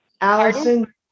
Allison